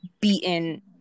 beaten